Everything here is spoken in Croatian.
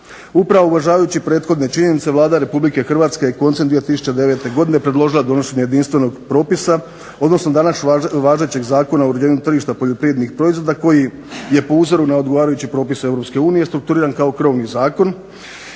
Upravo uvažavajući prethodne činjenice Vlada Republike Hrvatske je koncem 2009. godine predložila donošenje jedinstvenog propisa, odnosno danas važećeg Zakona o uređenju tržišta poljoprivrednih proizvoda koji je po uzoru na odgovarajuće propise Europske unije strukturiran kao krovni zakon